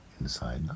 inside